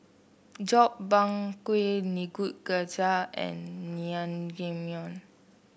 Gobchang Gui Nikujaga and Naengmyeon